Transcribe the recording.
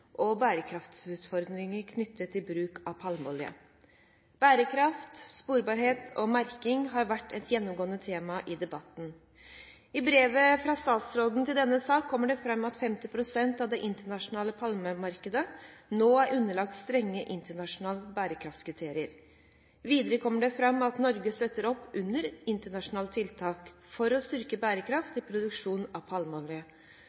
og bærekraftutfordringer knyttet til bruk av palmeolje. Bærekraft, sporbarhet og merking har vært et gjennomgående tema i debatten. I brevet fra statsråden til denne saken kommer det fram at 50 pst. av det internasjonale palmeoljemarkedet nå er underlagt strenge interne bærekraftkriterier. Videre kommer det fram at Norge støtter opp under internasjonale tiltak for å styrke bærekraften i produksjonen av palmeolje.